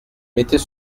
mettez